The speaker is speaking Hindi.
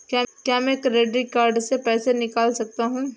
क्या मैं क्रेडिट कार्ड से पैसे निकाल सकता हूँ?